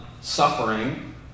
suffering